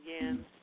again